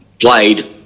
played